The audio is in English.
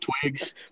twigs